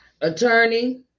Attorney